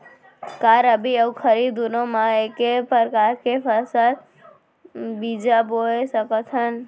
का रबि अऊ खरीफ दूनो मा एक्के प्रकार के धान बीजा बो सकत हन?